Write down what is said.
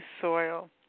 soil